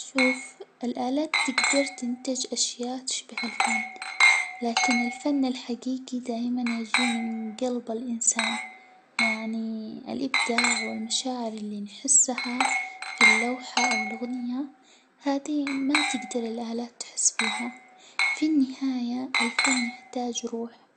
شوف، الآلات تجدر تنتج أشياء تشبه الفن، لكن الفن الحجيجي دائمًا يجي من جلب الإنسان، يعني الإبداع والمشاعر اللي نحسها في اللوحة، أو الأغنية، هذي ما تقدر الآلات تحس فيها، في النهاية، الفن يحتاج روح،